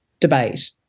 debate